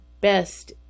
best